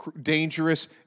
dangerous